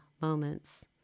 moments